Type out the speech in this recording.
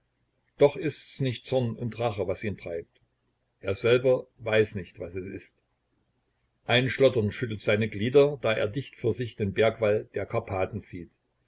doch ist's nicht zorn und rache was ihn treibt er selber weiß nicht was es ist ein schlottern schüttelt seine glieder da er dicht vor sich den bergwall der karpathen sieht